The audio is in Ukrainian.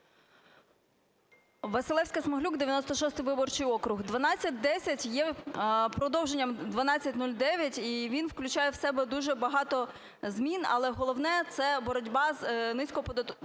Василевська-Смаглюк, 96 виборчий округ. 1210 є продовженням 1209, і він включає в себе дуже багато змін. Але головне – це боротьба з низькоподатковими